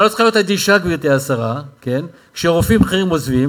כל הקיצוצים ואחרי שפיטרו מאות עובדים ואחרי שהרופאים תרמו את חלקם,